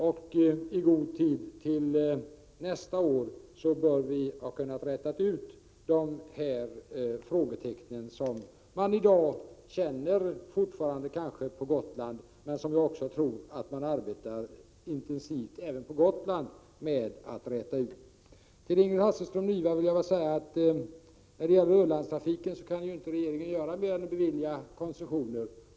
När det gäller nästa år bör vi i god tid ha rätat ut de frågetecken som man kanske fortfarande känner av på Gotland. Men samtidigt tror jag att man även på Gotland arbetar intensivt med att räta ut dessa frågetecken. Till Ingrid Hasselström Nyvall vill jag säga att när det gäller Ölandstrafiken kan regeringen inte göra mer än att bevilja koncessioner.